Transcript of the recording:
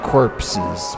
Corpses